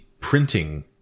printing